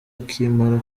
akimara